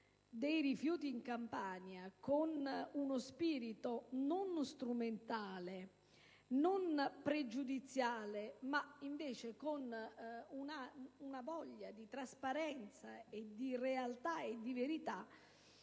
dei rifiuti in Campania con un spirito non strumentale, non pregiudiziale ma con una voglia di trasparenza, di realtà e di verità